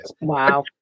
Wow